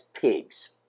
pigs